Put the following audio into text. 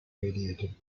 radiated